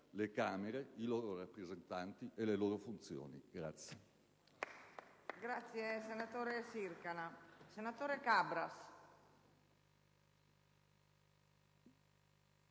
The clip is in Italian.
le Camere, i loro rappresentanti e le loro funzioni.